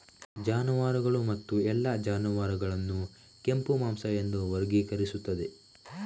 ಜಾನುವಾರುಗಳು ಮತ್ತು ಎಲ್ಲಾ ಜಾನುವಾರುಗಳನ್ನು ಕೆಂಪು ಮಾಂಸ ಎಂದು ವರ್ಗೀಕರಿಸುತ್ತದೆ